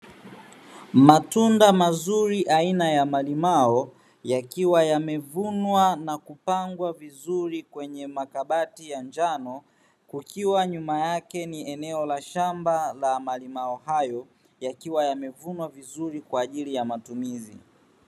Matunda mazuri aina ya malimao yakiwa yamevunwa na kupangwa vizuri kwenye makabati ya njano kukiwa nyuma yake ni eneo la shamba la malimao hayo yakiwa yamevunwa vizuri kwa ajili ya matumizi.